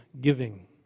giving